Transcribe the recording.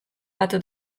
bat